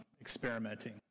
experimenting